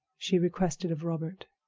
she requested of robert.